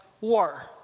war